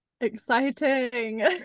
exciting